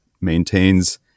maintains